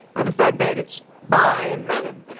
by the third date it's by mennen